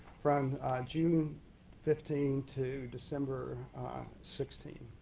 from june fifteen to december sixteen.